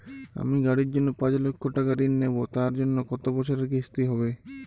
আমি গাড়ির জন্য পাঁচ লক্ষ টাকা ঋণ নেবো তার জন্য কতো বছরের কিস্তি হবে?